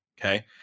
Okay